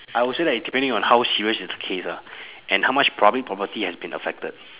I will say like it depending on how serious is the case lah and how much public property has been affected